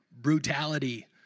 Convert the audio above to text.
brutality